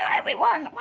everyone,